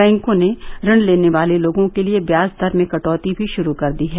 बैंकों ने ऋण लेने वाले लोगों के लिए ब्याज दर में कटौती भी शुरू कर दी है